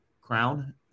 crown